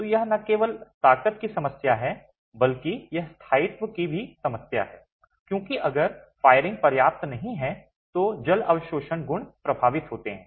तो यह न केवल ताकत की समस्या है बल्कि यह स्थायित्व की भी समस्या है क्योंकि अगर फायरिंग पर्याप्त नहीं है तो जल अवशोषण गुण प्रभावित होते हैं